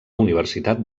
universitat